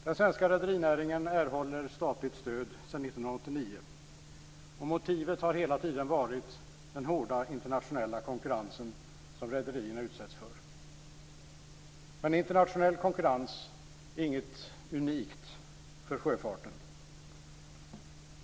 Den svenska rederinäringen erhåller statligt stöd sedan 1989. Motivet har hela tiden varit den hårda internationella konkurrens som rederierna utsätts för. Men internationell konkurrens är inget unikt för sjöfarten.